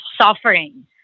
suffering